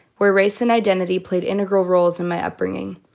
where race and identity played integral roles in my upbringing.